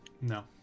no